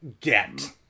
get